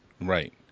Right